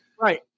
Right